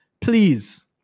Please